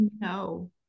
No